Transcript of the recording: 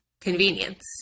convenience